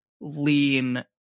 lean